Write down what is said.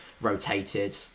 rotated